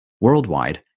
Worldwide